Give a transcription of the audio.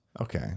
Okay